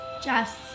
Jess